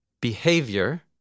behavior